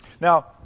Now